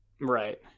right